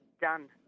done